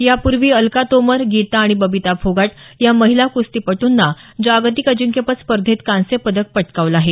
यापूर्वी अलका तोमर गीता आणि बबिता फोगट या महिला कुस्तीपटूंना जागतिक अजिंक्यपद स्पर्धेत कांस्य पदक पटकावलं आहे